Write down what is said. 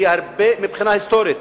מבחינה היסטורית,